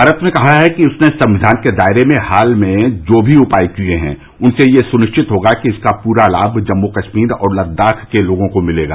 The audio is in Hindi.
भारत ने कहा है कि उसने संक्विन के दायरे में हाल में जो भी उपाय किए हैं उनसे यह सुनिश्चित होगा कि इनका पूरा लाभ जम्मू कश्मीर और लद्दाख के लोगों को मिलेगा